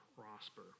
prosper